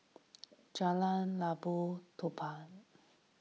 Jalan Labu Puteh